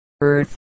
Earth